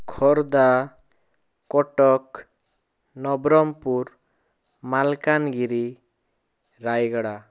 Khordha Cuttack Nabarangpur Malkangiri Rayagada